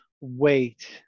wait